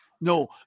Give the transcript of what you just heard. no